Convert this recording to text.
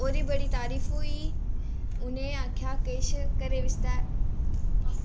ओह्दी बड़ी तारीफ होई उ'नें आखेआ किश घरै विस्तै